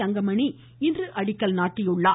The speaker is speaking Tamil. தங்கமணி இன்று அடிக்கல் நாட்டினார்